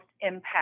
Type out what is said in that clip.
impact